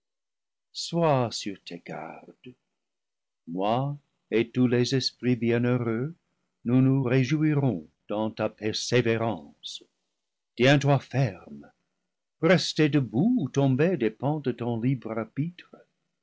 sois sur tes gardes moi et tous les esprits bienheureux nous nous réjouirons dans ta persé vérance tiens-toi ferme rester debout ou tomber dépend de ton libre arbitre